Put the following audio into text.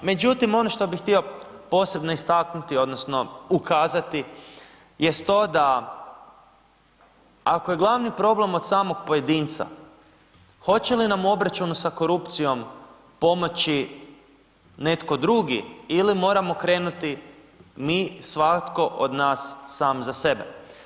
Međutim ono što bih htio posebno istaknuti, odnosno ukazati jest to da ako je glavni problem od samog pojedinca hoće li nam u obračunu sa korupcijom pomoći netko drugi ili moramo krenuti mi, svatko od nas svatko za sebe.